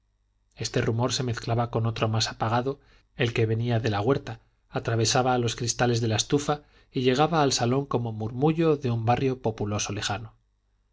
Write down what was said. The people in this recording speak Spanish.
este rumor se mezclaba con otro más apagado el que venía de la huerta atravesaba los cristales de la estufa y llegaba al salón como murmullo de un barrio populoso lejano los